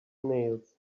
nails